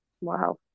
Wow